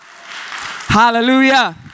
Hallelujah